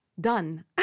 Done